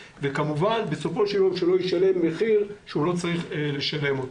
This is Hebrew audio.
וכמובן בסופו של יום אין צורך שהוא ישלם מחיר שהוא לא צריך לשלם אותו.